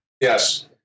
Yes